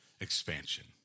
expansion